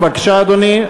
בבקשה, אדוני.